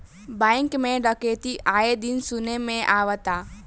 bank में डकैती आये दिन सुने में आवता